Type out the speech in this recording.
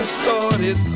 started